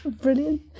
brilliant